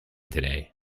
today